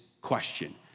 question